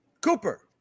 cooper